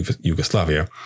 Yugoslavia